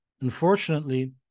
Unfortunately